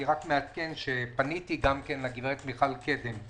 אני מעדכן רק שפניתי גם לגב' מירב קדם,